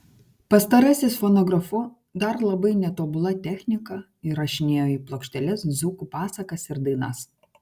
pastarasis fonografu dar labai netobula technika įrašinėjo į plokšteles dzūkų pasakas ir dainas